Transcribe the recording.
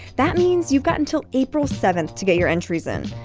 that means you've got until april seven to get your entries in.